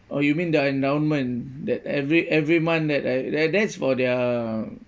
oh you mean the endowment that every every month that I that that's for their